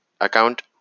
account